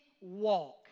walk